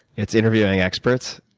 it's interviewing experts,